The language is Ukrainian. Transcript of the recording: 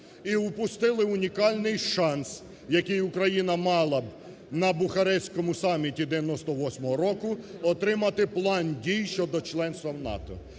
і упустили унікальний шанс, який Україна мала б на Бухарестському саміті 98 року, отримати План дій щодо членства в НАТО.